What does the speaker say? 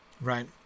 Right